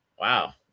Wow